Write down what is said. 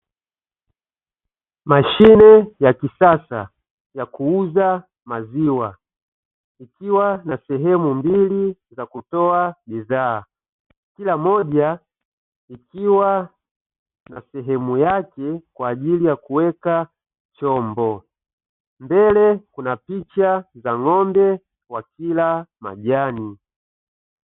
Mashine ya kisasa ya kuuza maziwa. Ikiwa na sehemu mbili za kutoa bidhaa, kila moja ikiwa na sehemu yake kwa ajili ya kuweka chombo. Mbele kuna picha za ng'ombe wakila majani.